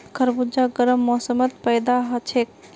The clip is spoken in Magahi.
खरबूजा गर्म मौसमत पैदा हछेक